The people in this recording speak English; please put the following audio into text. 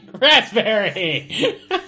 Raspberry